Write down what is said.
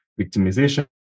victimization